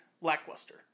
lackluster